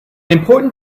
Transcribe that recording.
important